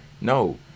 No